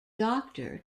doctor